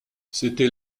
c’était